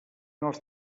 els